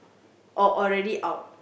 or already out